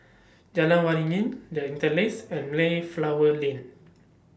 Jalan Waringin The Interlace and Mayflower Lane